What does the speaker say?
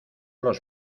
los